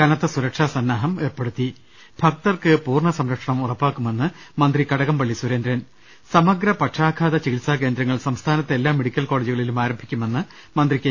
കനത്ത സുരക്ഷാ സന്നാഹം ഏർപ്പെടുത്തി ഭക്തർക്ക് പൂർണ്ണ സംരക്ഷണം ഉറപ്പാക്കുമെന്ന് മന്ത്രി കടകംപള്ളി സുരേന്ദ്രൻ സമഗ്ര പക്ഷാഘാത ചികിത്സാ കേന്ദ്രങ്ങൾ സംസ്ഥാനത്തെ എല്ലാ മെഡിക്കൽ കോളേജുകളിലും ആരംഭിക്കുമെന്ന് മന്ത്രി കെ